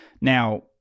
now